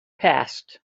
passed